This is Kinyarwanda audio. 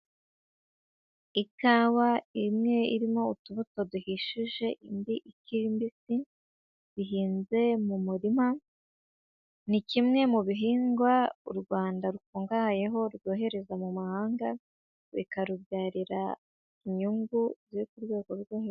Ikawa imwe irimo utubuto duhishije indi ikiri mbisi bihinze mu murima ni kimwe mu bihingwa u Rwanda rukungahayeho rwohereza mu mahanga bikarubyarira inyungu ziri ku rwego rwo hejuru.